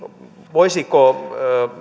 voisiko